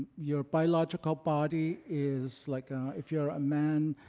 your biological body is like if you're a man,